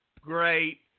great